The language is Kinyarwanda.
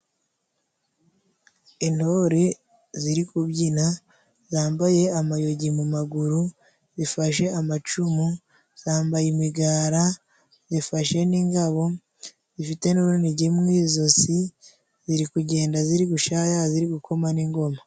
Intore ziri kubyina zambaye amayogi mu maguru; zifashe amacumu, zambaye imigara, zifashe n'ingabo, zifite n'urunigi mu izosi. Ziri kugenda, ziri bushayaya, ziri gukoma n'ingoma.